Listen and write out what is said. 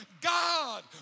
God